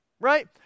right